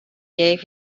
gave